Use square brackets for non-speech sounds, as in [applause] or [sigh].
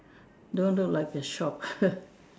don't look like a shop [noise]